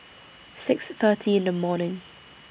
six thirty in The morning